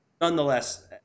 nonetheless